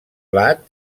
blat